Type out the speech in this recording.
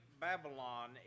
Babylon